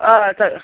त